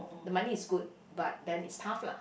the money is good but then is tough lah